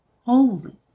holy